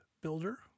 builder